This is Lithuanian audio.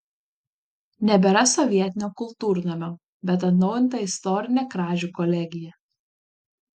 nebėra sovietinio kultūrnamio bet atnaujinta istorinė kražių kolegija